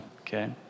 okay